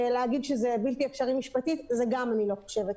להגיד שזה בלתי אפשרית משפטית גם את זה אני לא חושבת.